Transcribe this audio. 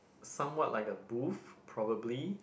somewhat like a booth probably